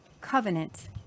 covenant